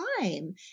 time